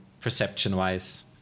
perception-wise